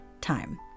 time